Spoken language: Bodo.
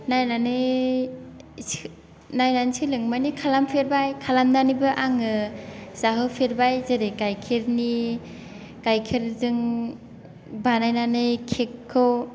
नायनानै सोलोंनो माने खालामफेरबाय खालामनानैबो आङो जाहोफेरबाय जेरै गाइखेरनि गाइखेरजों बानायनानै केकखौ